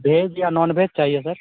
भेज या non veg चाहिए सर